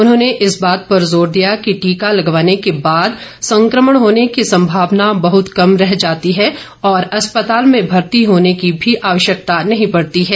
उन्होंने इस बात पर जोर दिया कि टीका लगवाने के बाद संक्रमण होने की संभावना बहत कम रह जाती है और अस्पताल में भर्ती होने की भी आवश्यकता नहीं पडती है